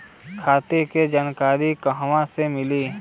खाता के जानकारी कहवा से मिली?